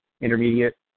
intermediate